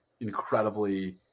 incredibly